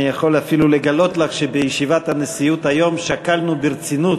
אני יכול אפילו לגלות לך שבישיבת הנשיאות היום שקלנו ברצינות,